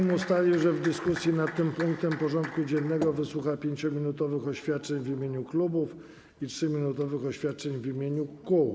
Sejm ustalił, że w dyskusji nad tym punktem porządku dziennego wysłucha 5-minutowych oświadczeń w imieniu klubów i 3-minutowych oświadczeń w kół.